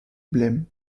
blême